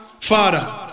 Father